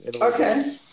Okay